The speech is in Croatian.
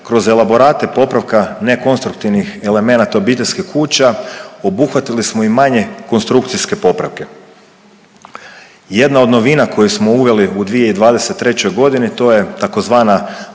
kroz elaborate popravka nekonstruktivnih elemenata obiteljskih kuća obuhvatili smo i manje konstrukcijske popravke. Jedna od novina koju smo uveli u 2023. godini to je tzv.